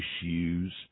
issues